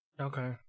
Okay